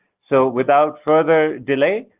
so without further delay,